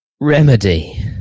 remedy